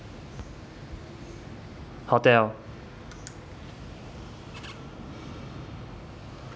hotel